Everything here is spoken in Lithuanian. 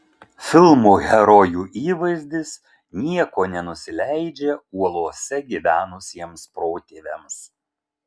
filmo herojų įvaizdis nieko nenusileidžia uolose gyvenusiems protėviams